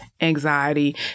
anxiety